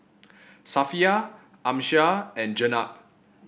Safiya Amsyar and Jenab